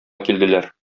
килделәр